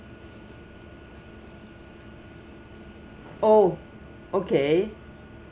oh okay